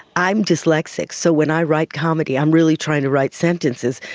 i'm dyslexic, so when i write comedy i'm really trying to write sentences,